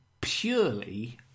purely